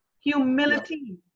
Humility